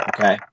Okay